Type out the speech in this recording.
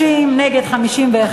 31, נגד, 52,